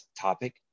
topic